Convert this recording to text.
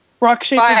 rock-shaped